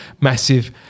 massive